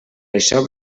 això